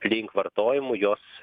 link vartojimų jos